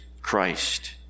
Christ